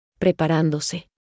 Preparándose